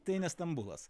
tai ne stambulas